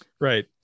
right